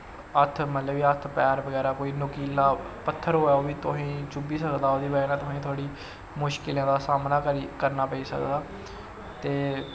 हत्थ मतलव कि हत्थ पैर कोई नोकीला पत्थर होऐ ओह् बी तुसें गी चुब्भी सकदा ओह्दी बज़ह नै तुसें थुआढ़ी मुश्किलें दा सामना करना पेई सकदा ते